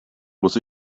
muss